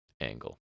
angle